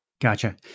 Gotcha